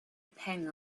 pang